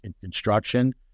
construction